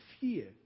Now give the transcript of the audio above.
fear